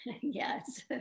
Yes